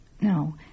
No